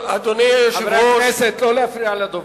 פעם ראשונה שאתה לא נאמן לעובדות.